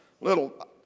little